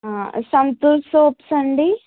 Santoor soaps అండి